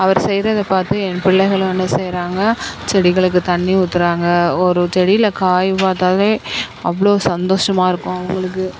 அவர் செய்வத பார்த்து என் பிள்ளைகளும் என்ன செய்கிறாங்க செடிகளுக்கு தண்ணி ஊற்றுறாங்க ஒரு செடியில் காய் பார்த்தாலே அவ்வளோ சந்தோஷமா இருக்கும் அவங்களுக்கு